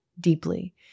deeply